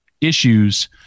issues